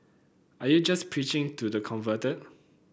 are you just preaching to the converted